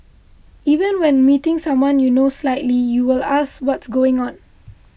even when meeting someone you know slightly you would ask what's going on